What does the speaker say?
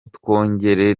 twongere